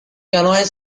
canoe